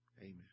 Amen